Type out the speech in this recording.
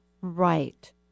right